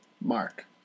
Mark